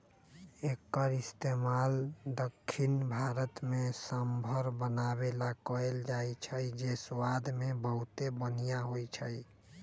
एक्कर इस्तेमाल दख्खिन भारत में सांभर बनावे ला कएल जाई छई जे स्वाद मे बहुते बनिहा होई छई